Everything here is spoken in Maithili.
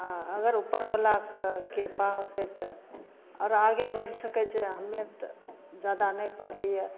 आओर अगर उपरवलाके किरपा होतै तऽ आओर आगे बढ़ि सकै छै हमे आर तऽ जादा नहि पढ़लिए